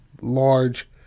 large